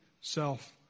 self